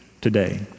today